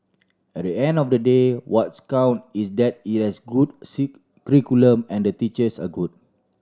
at the end of the day what's count is that it has a good curriculum and the teachers are good